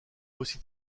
aussi